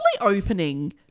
opening